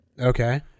Okay